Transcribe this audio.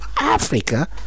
Africa